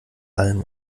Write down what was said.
allem